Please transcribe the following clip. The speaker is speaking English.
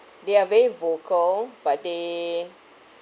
they are very vocal but they